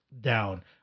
down